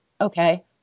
okay